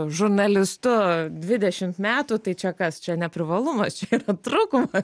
žurnalistu dvidešimt metų tai čia kas čia ne privalumas čia yra trūkuma